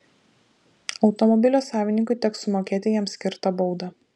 automobilio savininkui teks sumokėti jam skirtą baudą